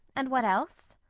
and what else?